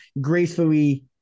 gracefully